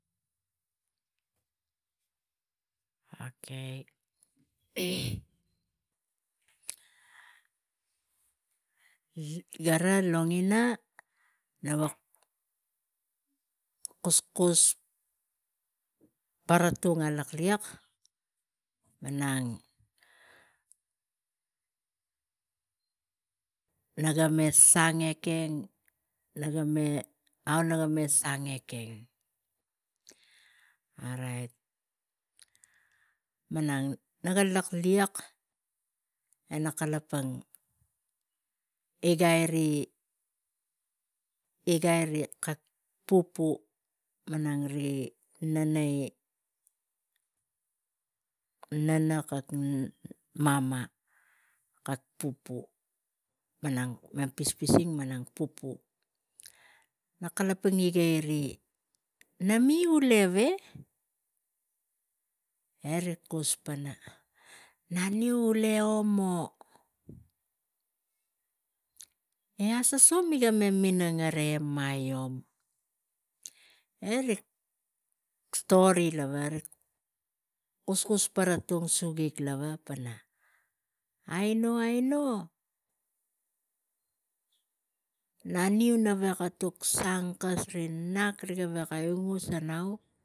Okay, gara longina nak vuk kuskus paratung alak liek malang naga me sang ekeng. Naga me au naga me sang ekeng. Orait malang naga lak liek e nak kalapang igai iri, igai iri kak malang pupu malang ri nenei nana kak ma kak pupuu pispising pu nak kalapang igei ri, "na mi ule we? E rik kus pana, naniu le omo. "E asaso miga me minang e maiom? E rik stori lava, kuskus paratung su gik lava pana aino aino naga veko sang kes ri nak riga veka ingusa nau